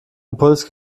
impuls